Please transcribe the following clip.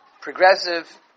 progressive